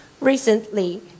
Recently